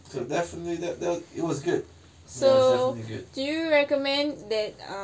so definitely that that it was good ya it's definitely good